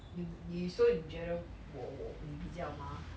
你你说你觉得我我比较嘛